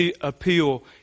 appeal